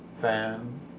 fan